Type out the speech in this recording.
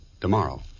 tomorrow